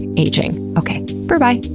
and aging. okay, berbye.